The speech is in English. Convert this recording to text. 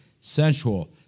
sensual